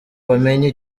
bamenye